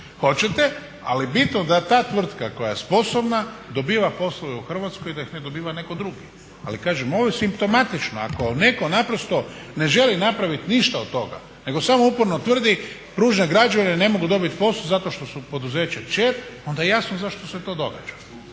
hoćete ali bitno da ta tvrtka koja je sposobna dobiva poslove u Hrvatskoj, da ih ne dobiva netko drugi. Ali kažem, ovo je simptomatično. Ako netko naprosto ne želi napravit ništa od toga nego samo uporno tvrdi pružne građevine ne mogu dobit posao zato što su poduzeće kćer onda jasno zašto se to događa.